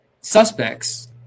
suspects